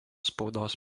spaudos